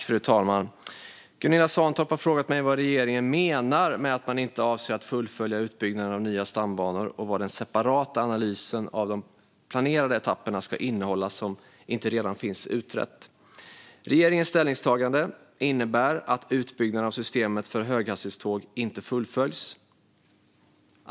Fru talman! Gunilla Svantorp har frågat mig vad regeringen menar med att man inte avser att fullfölja utbyggnaden av nya stambanor och vad den separata analysen av de planerade etapperna ska innehålla som inte redan finns utrett. Regeringens ställningstagande innebär att utbyggnaden av systemet för höghastighetståg inte fullföljs.